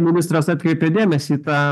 ministras atkreipė dėmesį į tą